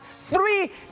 three